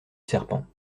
serpent